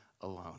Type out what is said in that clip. alone